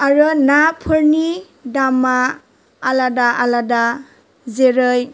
आरो नाफोरनि दामआ आलादा आलादा जेरै